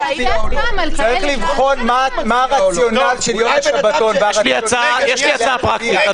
צריך לבחון מה הרציונל של יום שבתון --- יש לי הצעה פרקטית.